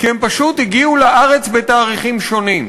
כי הם פשוט הגיעו לארץ בתאריכים שונים.